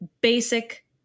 basic